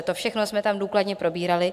To všechno jsme tam důkladně probírali.